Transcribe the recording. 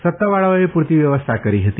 સત્તાવાળાઓએ પુરતી વ્યવસ્થા કરી હતી